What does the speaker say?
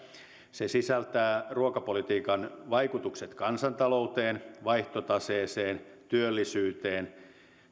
se sisältää ruokapolitiikan vaikutukset kansantalouteen vaihtotaseeseen työllisyyteen